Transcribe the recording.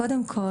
קודם כל,